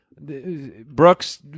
brooks